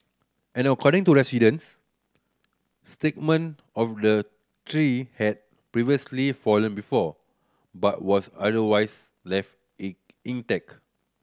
and according to residents segment of the tree had previously fallen before but was otherwise left in intact